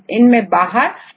इनमें बाहर periplasm है